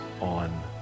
on